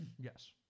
Yes